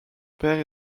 père